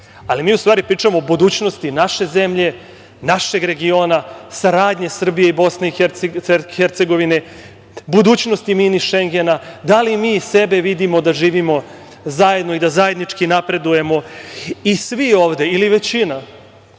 Ali, mi u stvari pričamo o budućnosti naše zemlje, našeg regiona, saradnje Srbije i Bosne i Hercegovine, budućnosti „mini Šengena“, da li mi sebe vidimo da živimo zajedno i da zajednički napredujemo i svi ovde ili većina,